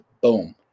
boom